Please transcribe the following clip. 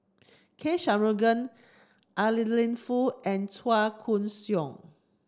K Shanmugam Adeline Foo and Chua Koon Siong